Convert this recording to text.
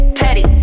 petty